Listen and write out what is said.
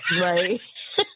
Right